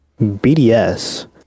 BDS